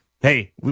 hey